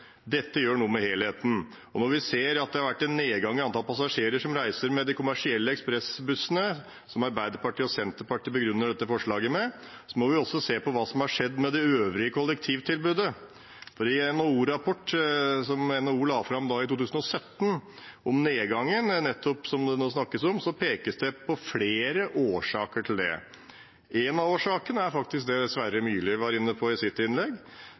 Dette gjør noe med helheten. Når vi ser at det har vært en nedgang i antall passasjerer som reiser med de kommersielle ekspressbussene, som Arbeiderpartiet og Senterpartiet begrunner dette forslaget med, må vi også se på hva som har skjedd med det øvrige kollektivtilbudet. I en rapport som NHO la fram i 2017, om nettopp nedgangen som det nå snakkes om, pekes det på flere årsaker til det. En av årsakene er faktisk det Sverre Myrli var inne på i sitt innlegg,